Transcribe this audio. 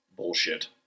bullshit